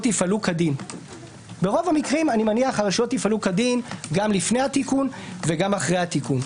יפעלו כדין גם לפני התיקון וגם אחרי התיקון.